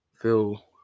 feel